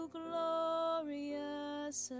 glorious